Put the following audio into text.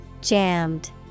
Jammed